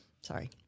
Sorry